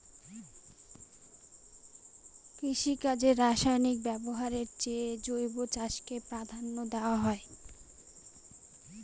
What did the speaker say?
কৃষিকাজে রাসায়নিক ব্যবহারের চেয়ে জৈব চাষকে প্রাধান্য দেওয়া হয়